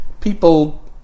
people